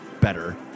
better